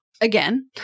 again